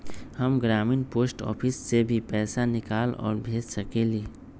हम ग्रामीण post office से भी पैसा निकाल और भेज सकेली?